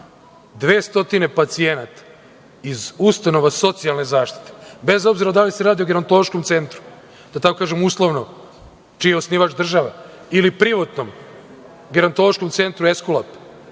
200 pacijenata iz ustanova socijalne zaštite, bez obzira da li se radi o Gerontološkom centru, da tako kažem uslovno, čiji je osnivač država ili privatnom Gerontološkom centru „Eskulab“